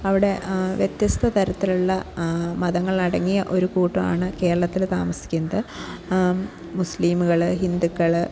അവിടെ വ്യത്യസ്ത തരത്തിലുള്ള മതങ്ങളടങ്ങിയ ഒരു കൂട്ടമാണ് കേരളത്തിൽ താമസിക്കുന്നത് മുസ്ലീമുകൾ ഹിന്ദുക്കൾ